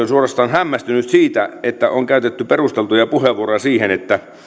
suorastaan hämmästynyt siitä että on käytetty perusteltuja puheenvuoroja siitä että